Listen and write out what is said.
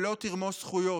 ולא תרמוס זכויות?